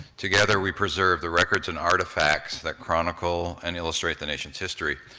together we preserve the records and artifacts that chronicle and illustrate the nation's history.